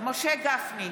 משה גפני,